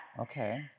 Okay